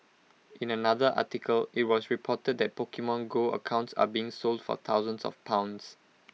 in another article IT was reported that Pokemon go accounts are being sold for thousands of pounds